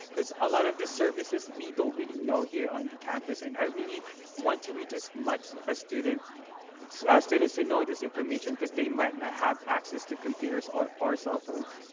a lot of the services we don't really know here on the campus. and i really want to reach as much ah students students to know this information, cause they might not have access to computers, or or cell phones.